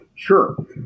Sure